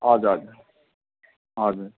हजुर हजुर हजुर